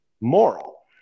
moral